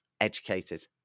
educated